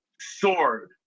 sword